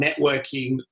networking